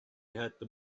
had